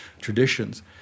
traditions